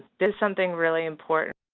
there's something really important,